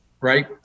right